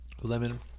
lemon